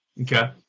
Okay